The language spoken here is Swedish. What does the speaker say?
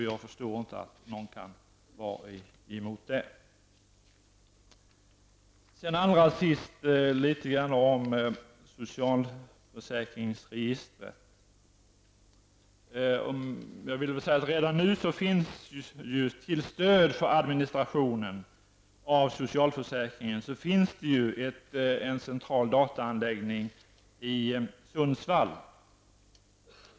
Jag förstår inte hur någon kan vara emot det. Allra sist litet grand om socialförsäkringsregistret. Redan nu finns det till stöd för administrationen av socialförsäkringen en central dataanläggning i Sundsvall.